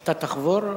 אתה תחבור אליהם?